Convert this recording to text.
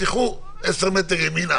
תלכו 10 מטרים ימינה.